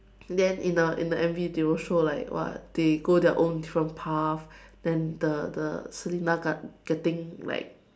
then in the in the M_V they will show like [what] they go their own different path then the the Selina got getting like